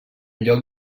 lloc